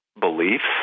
beliefs